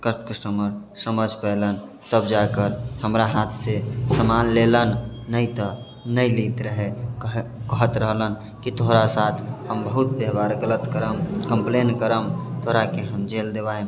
customer समझ पौलनि तब जाकऽ हमरा हाथसँ सामान लेलनि नहि तऽ नहि लैत रहै कहैत रहलनि कि तोहरा साथ हम बहुत व्यवहार गलत करब हम कम्प्लेन्ट करब तोहराके हम जेल देआएब